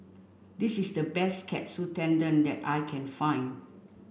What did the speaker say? this is the best Katsu Tendon that I can find